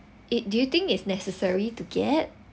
it do you think is necessary to get